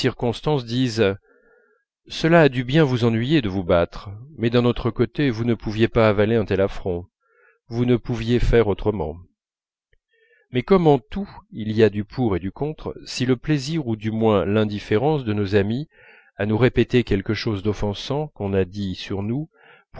circonstance disent cela a dû bien vous ennuyer de vous battre mais d'un autre côté vous ne pouviez pas avaler un tel affront vous ne pouviez pas faire autrement mais comme en tout il y a du pour et du contre si le plaisir ou du moins l'indifférence de nos amis à nous répéter quelque chose d'offensant qu'on a dit sur nous